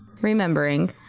remembering